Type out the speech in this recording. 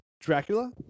Dracula